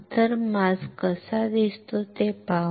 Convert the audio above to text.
तर मास्क कसा दिसतो ते पाहू